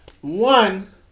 One